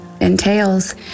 entails